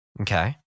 Okay